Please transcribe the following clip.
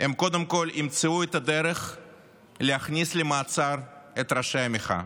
הם קודם כול ימצאו את הדרך להכניס למעצר את ראשי המחאה.